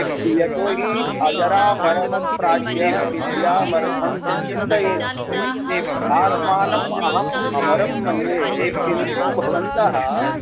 यतोहि अजरामरवत् प्राज्ञः विद्यामर्थं च चिन्तयेत् तु आत्मानम् अहम् अमरं मन्ये किन्तु भवन्तः